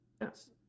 yes